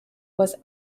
was